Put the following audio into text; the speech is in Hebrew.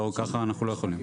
ככה אנחנו לא יכולים.